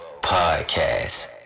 Podcast